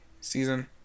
Season